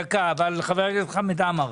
חבר הכנסת חמד עמאר.